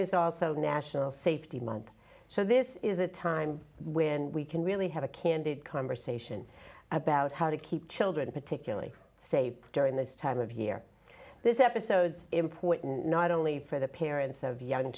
is also national safety month so this is a time when we can really have a candid conversation about how to keep children particularly say during this time of year this episode's important not only for the parents of young